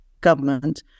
government